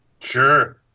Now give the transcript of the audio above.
Sure